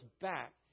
back